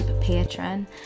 patron